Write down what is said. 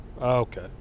okay